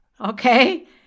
okay